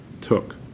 took